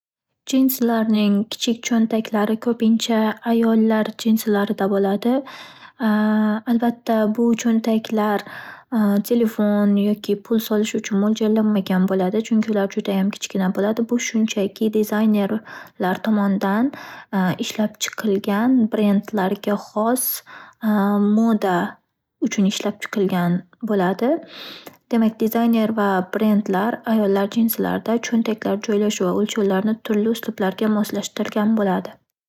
Jensilarning kichik cho'ntaklari ko'pincha ayollar jensilarida bo'ladi. Albatta bu cho'ntaklar telefon yoki pul solish uchun mo'ljallanmagan bo'ladi. Chunki ular judayam kichkina bo'ladi. Bu shunchaki dizaynerlar tomonidan ishlab chiqilgan brendlarga xos moda uchun ishlab chiqilgan bo'ladi. Demak, dizayner va brendlar ayollar jensilarida cho'ntaklar joylashuv va o'lchovlarni turli uslublarga moslashtirgan bo'ladi.